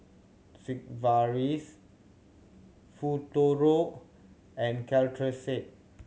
Sigvaris Futuro and Caltrate